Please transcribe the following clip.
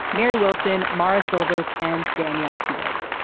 mary wilson morris silvers and danielle hewett.